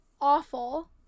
awful